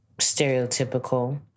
stereotypical